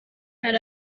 hari